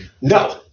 No